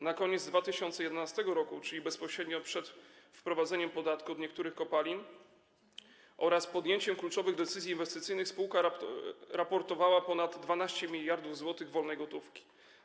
Na koniec 2011 r., czyli bezpośrednio przed wprowadzeniem podatku od niektórych kopalin oraz podjęciem kluczowych decyzji inwestycyjnych, spółka raportowała ponad 12 mld zł wolnej gotówki.